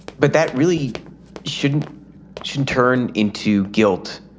but that really shouldn't should turn into guilt.